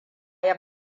ya